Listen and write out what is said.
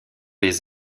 les